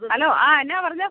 hello ആ എന്താ പറഞ്ഞോ